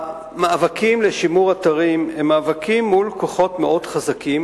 המאבקים לשימור אתרים הם מאבקים מול כוחות מאוד חזקים,